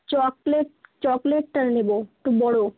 chocolate চকলেটটা নেব একটু বড়